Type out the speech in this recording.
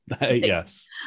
Yes